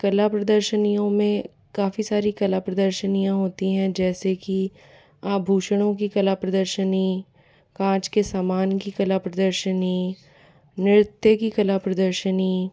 कला प्रदर्शनियों में काफी सारी कला प्रदर्शनियां होती हैं जैसे कि आभूषणों की कला प्रदर्शनी कांच के सामान की कला प्रदर्शनी नृत्य की कला प्रदर्शनी